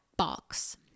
box